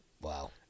Wow